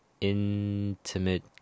intimate